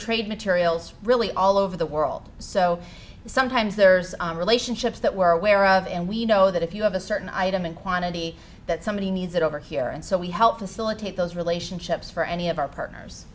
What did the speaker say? trade materials really all over the world so sometimes there's relationships that we're aware of and we know that if you have a certain item in quantity that somebody needs it over here and so we help facilitate those relationships for any of our partners